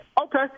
Okay